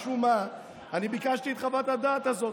משום מה אני ביקשתי את חוות הדעת הזאת,